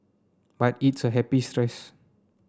but it's a happy stress